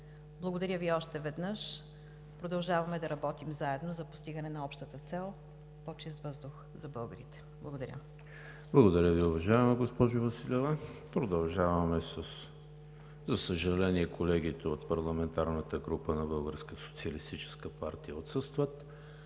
Благодаря Ви още веднъж. Продължаваме да работим заедно за постигане на общата цел – по-чист въздух за българите. Благодаря. ПРЕДСЕДАТЕЛ ЕМИЛ ХРИСТОВ: Благодаря Ви, уважаема госпожо Василева. Продължаваме. За съжаление, колегите от парламентарната група на Българската